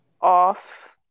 off